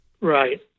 Right